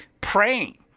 praying